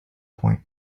point